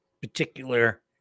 particular